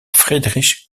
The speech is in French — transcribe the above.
friedrich